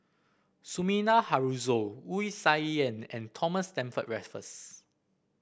Sumida Haruzo Wu Tsai Yen and Thomas Stamford Raffles